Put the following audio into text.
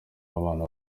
ababana